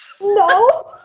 No